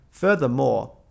Furthermore